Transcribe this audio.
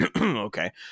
okay